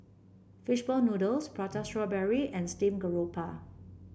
fish ball noodles Prata Strawberry and Steamed Garoupa